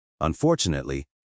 Unfortunately